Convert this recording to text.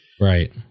Right